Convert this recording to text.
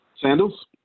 Sandals